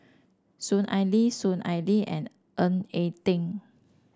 Soon Ai Ling Soon Ai Ling and Ng Eng Teng